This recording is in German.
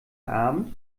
abend